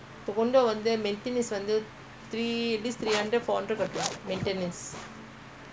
வாங்கறதுபத்திஇல்லவாங்கலாம்ஆனாஎன்ன:vaankarathu pathi illa vaankalaam aanaa enna